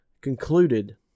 Concluded